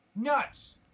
nuts